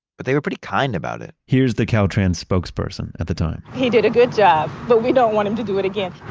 but they were pretty kind about it here's the caltrans' spokesperson, at the time he did a good job. but we don't want him to do it again.